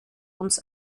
uns